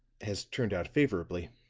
has turned out favorably.